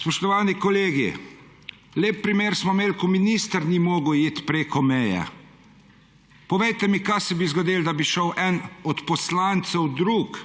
Spoštovani kolegi, lep primer smo imeli, ko minister ni mogel iti preko meje. Povejte mi, kaj se bi zgodilo, da bi šel eden od poslancev, drugi,